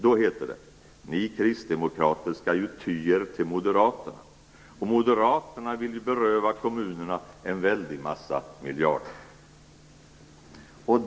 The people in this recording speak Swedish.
Då heter det: Ni kristdemokrater skall ju ty er till Moderaterna, och Moderaterna vill ju beröva kommunerna en väldig massa miljarder.